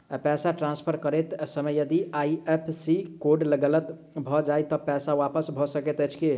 पैसा ट्रान्सफर करैत समय यदि आई.एफ.एस.सी कोड गलत भऽ जाय तऽ पैसा वापस भऽ सकैत अछि की?